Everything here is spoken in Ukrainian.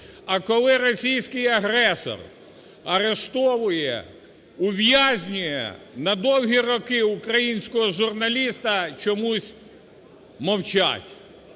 А коли російський агресор арештовує, ув'язнює на довгі роки українського журналіста, чомусь мовчать.